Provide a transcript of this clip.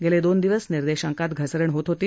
गेले दोन दिवस निर्देशांकात घसरण होत होती